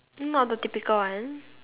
not the typical one